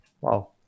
Wow